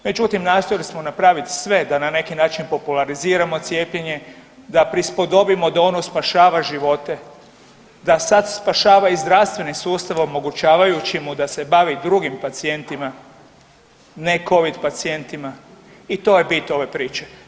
Međutim, nastojali smo napraviti sve da na neki način populariziramo cijepljenje, da prispodobimo da ono spašava živote, sad spašava i zdravstveni sustav omogućavajući mu da se bavi drugim pacijentima, ne covid pacijentima i to je bit ove priče.